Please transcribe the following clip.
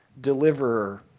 deliverer